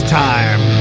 time